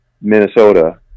Minnesota